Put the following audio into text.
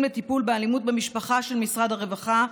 לטיפול באלימות במשפחה של משרד הרווחה,